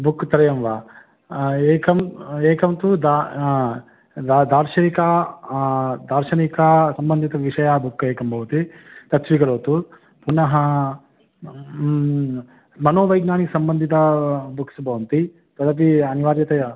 book त्रयं वा एकं एकं तु दा दा दार्शनिक दार्शनिकसम्बन्धितविषयबुक् एकं भवति तत्स्विकरोतु पुनः मनोवैज्ञानिकसम्बन्धितं बुक्स् भवन्ति तदपि अनिवार्यतया